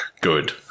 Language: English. Good